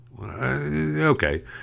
Okay